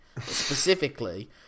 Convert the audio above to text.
specifically